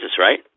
right